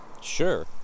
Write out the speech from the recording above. sure